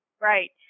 Right